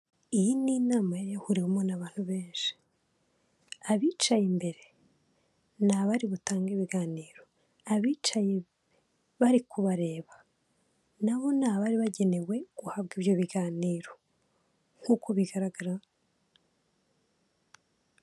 Iyi ni inama yari yahuriwemo n'abantu benshi, abicaye imbere ni abari butange ibiganiro, abicaye bari kubareba, na bo ni abari bagenewe guhabwa ibyo biganiro nk'uko bigaragara.